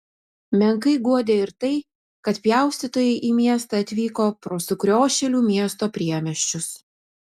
menkai guodė ir tai kad pjaustytojai į miestą atvyko pro sukriošėlių miesto priemiesčius